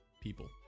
people